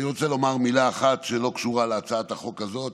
אני רוצה לומר מילה אחת שלא קשורה להצעת החוק הזאת,